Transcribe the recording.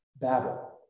Babel